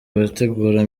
abategura